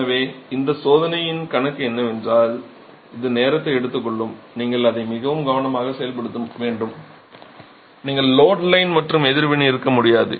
எனவே இந்த சோதனையின் கணக்கு என்னவென்றால் இது நேரத்தை எடுத்துக்கொள்ளும் நீங்கள் அதை மிகவும் கவனமாக செயல்படுத்த வேண்டும் நீங்கள் லோட் லைன் மற்றும் எதிர்வினை இருக்க முடியாது